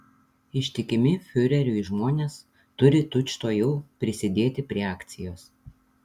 ištikimi fiureriui žmonės turi tučtuojau prisidėti prie akcijos